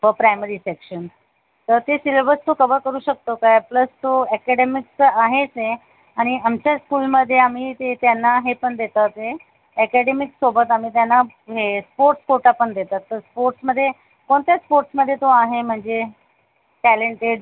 हो primary sections तर ते सिलेबस तो कव्ह करू शकतो का प्लस तो अॅकेडेमिक तर आहेच आहे आणि आमच्या स्कूलमध्ये आम्ही ते त्यांना हे पण देतात आहे अॅकेडेमिकसोबत आम्ही त्यांना हे स्पोर्ट कोटा पण देतात तर स्पोर्ट्समध्ये कोणत्या स्पोर्ट्समध्ये तो आहे म्हणजे टॅलेंटेड